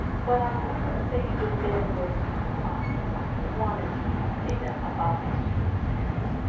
but i wouldn't say that there was ah a quantity of data about the student experience.